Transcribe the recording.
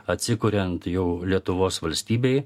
atsikuriant jau lietuvos valstybei